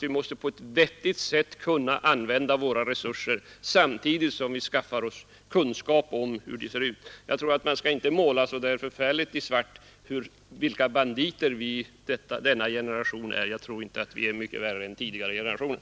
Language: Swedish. Vi måste på ett vettigt sätt kunna använda våra resurser samtidigt som vi skaffar oss kunskap om hur de ser ut. Jag anser alltså att man inte så i svart skall utmåla vilka banditer vi i denna generation är. Jag tror inte att vi är mycket värre än tidigare generationer.